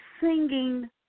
singing